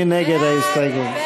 מי נגד ההסתייגות?